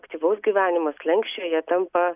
aktyvaus gyvenimo slenksčio jie tampa